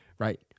Right